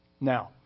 Now